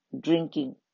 drinking